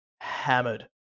hammered